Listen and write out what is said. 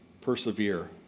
persevere